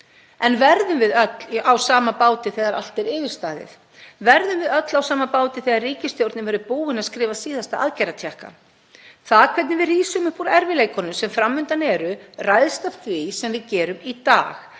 „En verðum við öll á sama báti þegar allt er yfirstaðið? Verðum við öll á sama báti þegar ríkisstjórnin verður búin að skrifa síðasta aðgerðartékkann? Það hvernig við rísum upp úr erfiðleikunum sem fram undan eru ræðst af því sem við gerum í dag